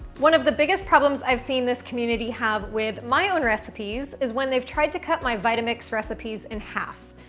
one of the biggest problems i've seen this community have with my own recipes is when they've tried to cut my vitamix recipes in half.